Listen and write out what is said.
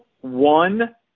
one